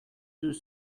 deux